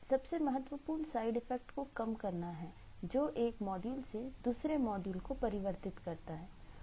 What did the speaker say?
सबसे महत्वपूर्ण side effect को कम करना है जो एक मॉड्यूल से दूसरे मॉड्यूल को परिवर्तित करता है